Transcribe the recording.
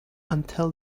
until